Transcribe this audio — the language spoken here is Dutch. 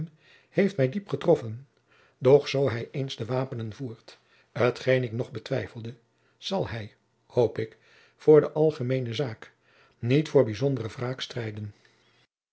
heeft mij diep getroffen doch zoo hij eens de wapenen voert t geen ik nog betwijfele zal hij hoop ik voor de algemeene zaak niet voor bijzondere wraak strijden